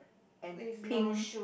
and pink